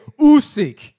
Usyk